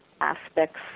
aspects